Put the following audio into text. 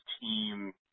team